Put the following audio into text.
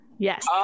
Yes